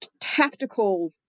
tactical